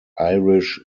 irish